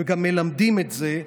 וגם מלמדים את זה,